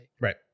Right